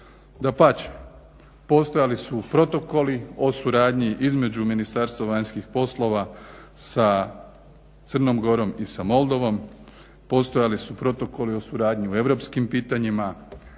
Dapače, postojali su protokoli o suradnji između Ministarstva vanjskih poslova sa Crnom Gorom i sa Moldovom, postojali su protokoli u suradnji o europskim pitanjima,